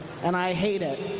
and i hate it.